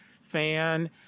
fan